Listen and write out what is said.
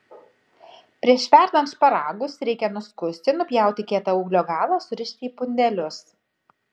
prieš verdant šparagus reikia nuskusti nupjauti kietą ūglio galą surišti į pundelius